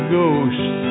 ghost